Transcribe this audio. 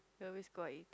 we always go out eat